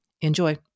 Enjoy